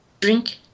Drink